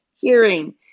hearing